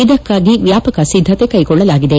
ಇದಕ್ಕಾಗಿ ವ್ಯಾಪಕ ಸಿದ್ದತೆ ಕೈಗೊಳ್ಳಲಾಗಿದೆ